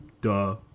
Duh